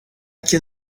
can